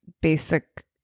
basic